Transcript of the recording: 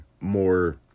more